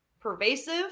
pervasive